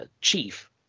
chief